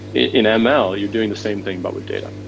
in ah ml, you're doing the same thing, but with data